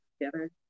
together